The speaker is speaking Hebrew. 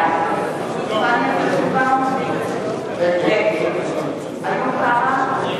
בעד פניה קירשנבאום, נגד איוב קרא,